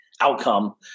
outcome